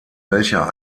welcher